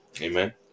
amen